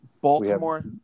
Baltimore